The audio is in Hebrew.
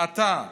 אתה.